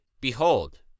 behold